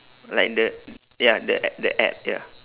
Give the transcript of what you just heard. like the ya the a~ the ad ya